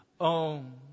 own